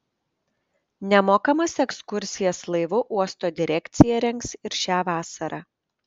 nemokamas ekskursijas laivu uosto direkcija rengs ir šią vasarą